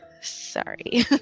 Sorry